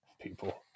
people